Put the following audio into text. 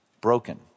broken